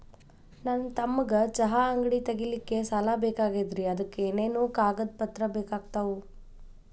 ನನ್ನ ತಮ್ಮಗ ಚಹಾ ಅಂಗಡಿ ತಗಿಲಿಕ್ಕೆ ಸಾಲ ಬೇಕಾಗೆದ್ರಿ ಅದಕ ಏನೇನು ಕಾಗದ ಪತ್ರ ಬೇಕಾಗ್ತವು?